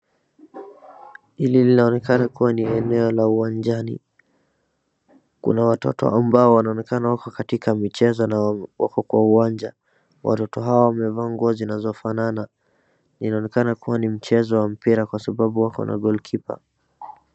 Hili linaoanekana kuwa ni eneo la uwanjani. Kuna watoto amabo wanaonekana wako katika michezo na wako kwa uwanja. Watoto hawa wamevaa nguo zinazofanana. Inaonekana kuwa ni mchezo wa mpira kwa sababu wako na goalkeepr .